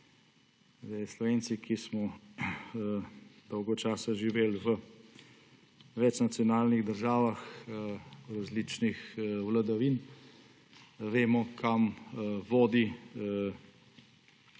vatli. Slovenci, ki smo dolgo časa živeli v večnacionalnih državah različnih vladavin, vemo, kam vodi občutek,